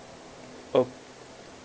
o~